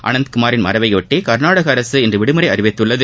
அனந்தகுமாரின் மறைவையொட்டி கா்நாடக அரசு இன்று விடுமுறை அறிவித்துள்ளது